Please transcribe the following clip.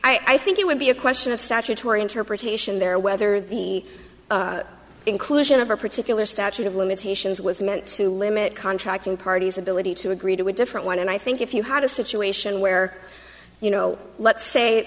poof i think it would be a question of statutory interpretation there whether the inclusion of a particular statute of limitations was meant to limit contracting parties ability to agree to a different one and i think if you had a situation where you know let's say